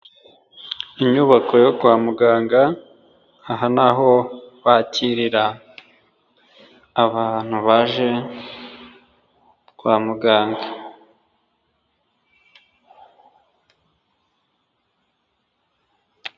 Inyubako yo kwa muganga, aha n'aho bakirira abantu baje kwa muganga.